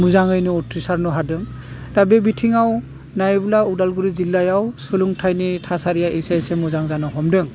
मोजाङैनो उथ्रिसारनो हादों दा बे बिथिङाव नायोब्ला अदालगुरि जिल्लायाव सोलोंथाइनि थासारिया एसे एसे मोजां जानो हमदों